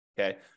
okay